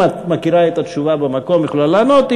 אם את מכירה את התשובה במקום את יכולה לענות,